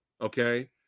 Okay